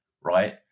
right